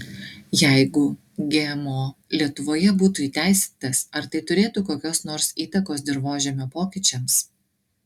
jeigu gmo lietuvoje būtų įteisintas ar tai turėtų kokios nors įtakos dirvožemio pokyčiams